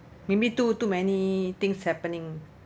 maybe too too many things happening